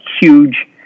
huge